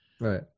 right